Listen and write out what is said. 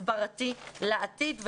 הסברתי לעתיד.